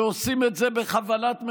שעושים את זה בכוונת מכוון,